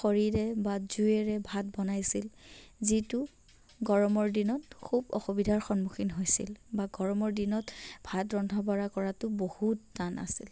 খৰিৰে বা জুইয়েৰে ভাত বনাইছিল যিটো গৰমৰ দিনত খুব অসুবিধাৰ সন্মুুখীন হৈছিল বা গৰমৰ দিনত ভাত ৰন্ধা বঢ়া কৰাটো বহুত টান আছিল